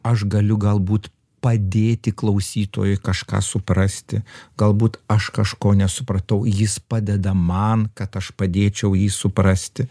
aš galiu galbūt padėti klausytojui kažką suprasti galbūt aš kažko nesupratau jis padeda man kad aš padėčiau jį suprasti